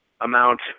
amount